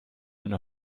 einen